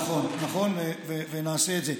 נכון, ונעשה את זה.